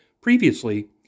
previously